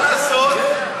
מה לעשות?